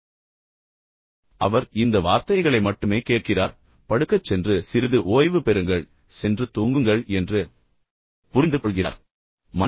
எனவே அவர் இந்த வார்த்தைகளை மட்டுமே கேட்கிறார் படுக்கச் சென்று சிறிது ஓய்வு பெறுங்கள் சென்று தூங்குங்கள் endru புரிந்து கொள்கிறார்